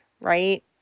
Right